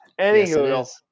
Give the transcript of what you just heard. Anywho